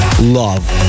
Love